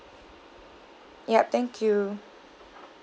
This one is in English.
ya thank you